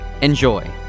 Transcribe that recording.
Enjoy